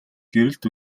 гэрэлд